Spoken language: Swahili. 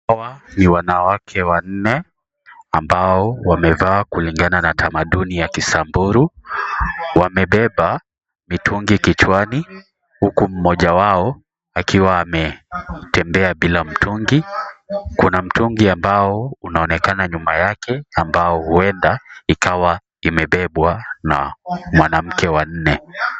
Ni wanawake wanne ambao wamevaa kulingana na tamaduni ya kisamburu, wamebeba mitungi kichwani huku mmoja wao akiwa ametembea bila mtungi, kuna mtungi ambao unaonekana nyuma yake ambao huenda ikawa imebebwa na mwanamke wa nne.